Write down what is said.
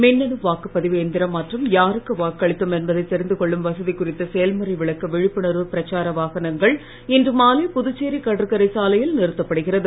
மின்னணு வாக்குப்பதிவு எந்திரம் மற்றும் யாருக்கு வாக்களித்தோம் என்பதை தெரிந்து கொள்ளும் வசதி குறித்த செயல்முறை விளக்க விழிப்புணர்வு பிரச்சார வாகனங்கள் இன்று மாலை புதுச்சேரி கடற்கரை சாலையில் நிறுத்தப்படுகிறது